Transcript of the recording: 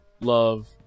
love